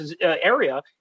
area